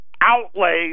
Outlays